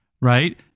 right